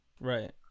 Right